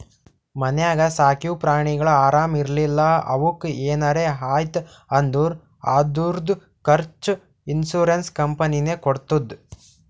ಮನ್ಯಾಗ ಸಾಕಿವ್ ಪ್ರಾಣಿಗ ಆರಾಮ್ ಇರ್ಲಿಲ್ಲಾ ಅವುಕ್ ಏನರೆ ಆಯ್ತ್ ಅಂದುರ್ ಅದುರ್ದು ಖರ್ಚಾ ಇನ್ಸೂರೆನ್ಸ್ ಕಂಪನಿನೇ ಕೊಡ್ತುದ್